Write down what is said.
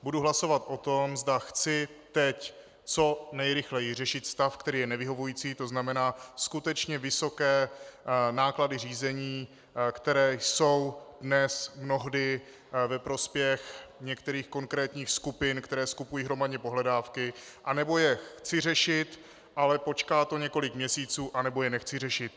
Budu hlasovat o tom, zda chci teď co nejrychleji řešit stav, který je nevyhovující, to znamená skutečně vysoké náklady řízení, které jsou dnes mnohdy ve prospěch některých konkrétních skupin, které skupují hromadně pohledávky, anebo je chci řešit, ale počká to několik měsíců, anebo je nechci řešit.